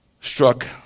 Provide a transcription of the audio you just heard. struck